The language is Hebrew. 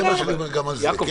זה מה שאני אומר גם על זה.